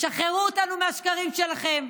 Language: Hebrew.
תשחררו אותנו מהשקרים שלכם,